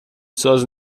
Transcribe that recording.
ساز